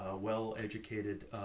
well-educated